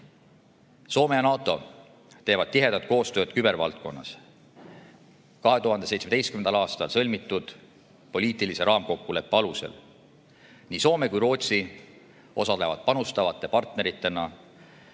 Soome ja NATO teevad tihedat koostööd kübervaldkonnas 2017. aastal sõlmitud poliitilise raamkokkuleppe alusel. Nii Soome kui ka Rootsi osalevad panustavate partneritena